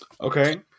Okay